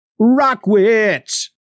Rockwitz